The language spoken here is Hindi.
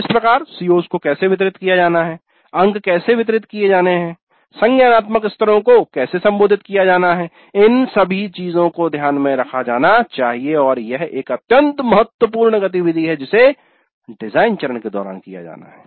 तो इस प्रकार CO's को कैसे वितरित किया जाना है अंक कैसे वितरित किए जाने हैं संज्ञानात्मक स्तरों को कैसे संबोधित किया जाना है इन सभी चीजों को ध्यान में रखा जाना चाहिए और यह एक अत्यंत महत्वपूर्ण गतिविधि है जिसे डिजाइन चरण के दौरान किया जाना है